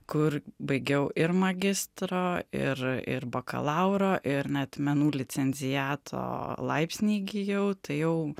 kur baigiau ir magistro ir ir bakalauro ir net menų licenciato laipsnį įgijau tai jau